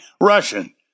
Russian